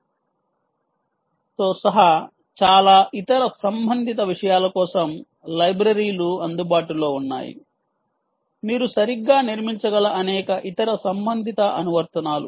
jsతో సహా చాలా ఇతర సంబంధిత విషయాల కోసం లైబ్రరీలు అందుబాటులో ఉన్నాయి మీరు సరిగ్గా నిర్మించగల అనేక ఇతర సంబంధిత అనువర్తనాలు